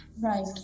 Right